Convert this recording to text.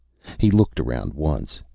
he looked around once,